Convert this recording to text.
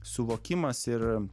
suvokimas ir